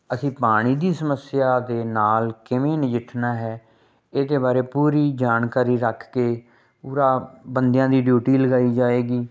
ਅਸੀਂ ਪਾਣੀ ਦੀ ਸਮੱਸਿਆ ਦੇ ਨਾਲ ਕਿਵੇਂ ਨਜਿੱਠਣਾ ਹੈ ਇਹਦੇ ਬਾਰੇ ਪੂਰੀ ਜਾਣਕਾਰੀ ਰੱਖ ਕੇ ਪੂਰਾ ਬੰਦਿਆਂ ਦੀ ਡਿਊਟੀ ਲਗਾਈ ਜਾਵੇਗੀ